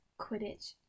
Quidditch